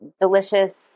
delicious